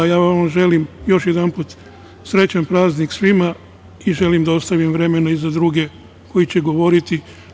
Ja vama želim još jedanput srećan praznik svima i želim da ostavim vremena i za druge koji će govoriti.